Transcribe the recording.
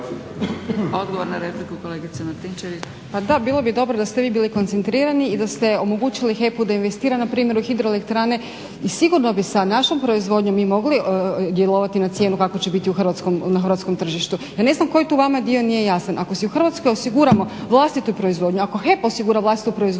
Odgovor na repliku, kolega Grubišić.